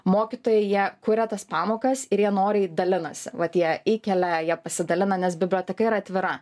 mokytojai jie kuria tas pamokas ir jie noriai dalinasi va jie įkelia jie pasidalina nes biblioteka yra atvira